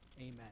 Amen